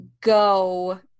go –